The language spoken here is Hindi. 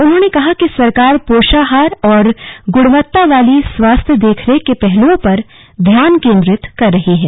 उन्होंने कहा कि सरकार पोषाहार और गुणवत्ता वाली स्वास्थ्य देखरेख की पर ध्यान केंद्रित कर रही है